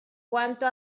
cuanto